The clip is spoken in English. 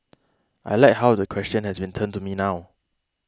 I like how the question has been turned to me now